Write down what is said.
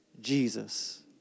Jesus